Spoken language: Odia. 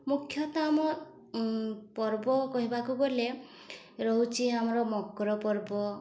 ମୁଖ୍ୟତମ ଆମ ପର୍ବ କହିବାକୁ ଗଲେ ରହୁଛି ଆମର ମକର ପର୍ବ